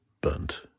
burnt